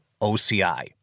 OCI